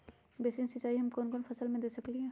Basin सिंचाई हम कौन कौन फसल में दे सकली हां?